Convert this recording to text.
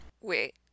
Wait